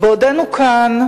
בעודנו כאן,